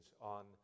on